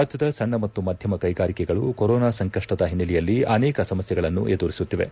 ರಾಜ್ಯದ ಸಣ್ಣ ಮತ್ತು ಮಧ್ಯಮ ಕೈಗಾರಿಕೆಗಳು ಕೊರೊನಾ ಸಂಕಪ್ಪದ ಹಿನ್ನೆಲೆಯಲ್ಲಿ ಅನೇಕ ಸಮಸ್ಥೆಗಳನ್ನು ಎದುರಿಸುತ್ತಿವೆ